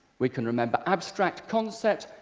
we can remember abstract concept,